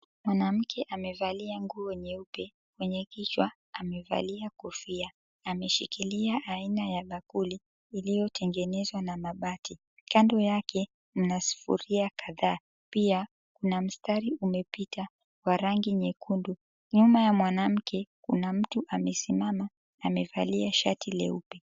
Mwanamke amevalia nguo nyeupe. Kwenye kichwa amevalia kofia. Ameshikilia aina ya bakuli iliyotengenezwa na mabati. Kando yake mna sufuria kadhaa, pia kuna msitari umepita wa rangi nyekundu. Nyuma ya mwanamke kuna mtu amesimama amevalia shati leupe.